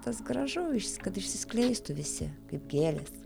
tas gražu išs kad išsiskleistų visi kaip gėlės